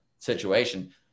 situation